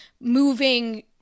moving